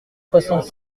soixante